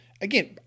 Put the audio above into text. Again